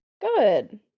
good